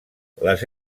les